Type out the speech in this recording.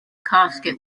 casket